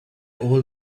old